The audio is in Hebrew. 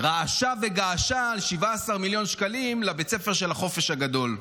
רעשה וגעשה על 17 מיליון שקלים לבית הספר של החופש הגדול.